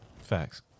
Facts